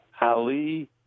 Ali